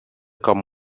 com